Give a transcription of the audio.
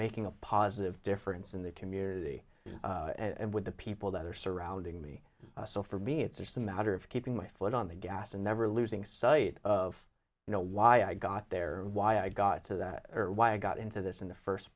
making a positive difference in the community and with the people that are surrounding me so for me it's are some matter of keeping my foot on the gas and never losing sight of you know why i got there or why i got to that or why i got into this in the first